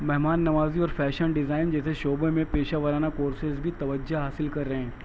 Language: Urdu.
مہمان نوازی اور فیشن ڈیزائن جیسے شعبے میں پیشہ ورانہ کورسز بھی توجہ حاصل کر رہے ہیں